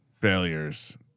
failures